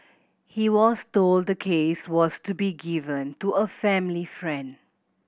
he was told the case was to be given to a family friend